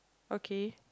okay